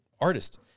artist